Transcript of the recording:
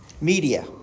media